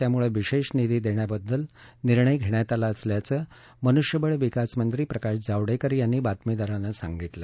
त्यामुळे विशेष निधी देण्याबद्दल निर्णय घेतला असल्याचं मनुष्यबळ विकास मंत्री प्रकाश जावडेकर यांनी बातमीदारांना सांगितलं